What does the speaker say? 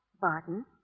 Barton